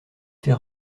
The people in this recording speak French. fait